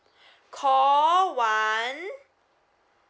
call one